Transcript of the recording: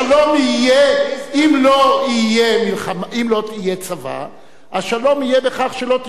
אם לא יהיה צבא השלום יהיה בכך שלא תהיה מדינת ישראל,